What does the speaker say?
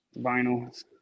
Vinyl